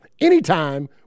anytime